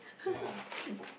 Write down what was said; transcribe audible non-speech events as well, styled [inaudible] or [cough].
[laughs]